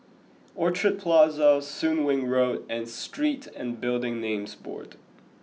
Orchard Plaza Soon Wing Road and Street and Building Names Board